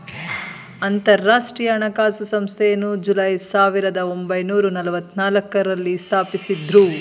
ಅಂತರಾಷ್ಟ್ರೀಯ ಹಣಕಾಸು ಸಂಸ್ಥೆಯನ್ನು ಜುಲೈ ಸಾವಿರದ ಒಂಬೈನೂರ ನಲ್ಲವತ್ತನಾಲ್ಕು ರಲ್ಲಿ ಸ್ಥಾಪಿಸಿದ್ದ್ರು